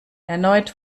erneut